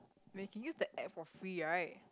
when you can use the app for free right